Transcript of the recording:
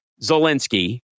Zelensky